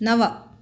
नव